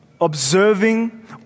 observing